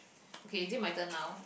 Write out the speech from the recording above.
okay is it my turn now